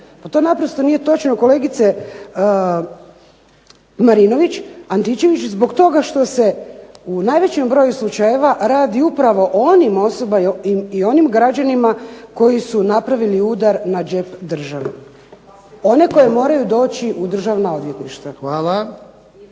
to naprosto nije točno jer kolegice Marinović-Antičević zbog toga što se u najvećem broju slučajeva radi upravo o onim osobama i onim građanima koji su napravili udar na džep države. One koji moraju doći u državna odvjetništva.